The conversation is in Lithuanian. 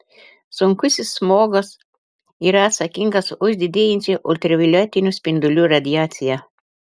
sunkusis smogas yra atsakingas už didėjančią ultravioletinių spindulių radiaciją